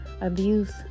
abuse